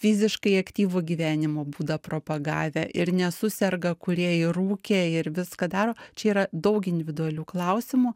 fiziškai aktyvų gyvenimo būdą propagavę ir nesuserga kurie ir rūkė ir viską daro čia yra daug individualių klausimų